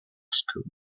schools